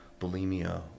bulimia